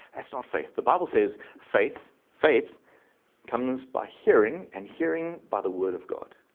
that's not faith. the bible says, faith, faith comes by hearing and hearing by the word of god.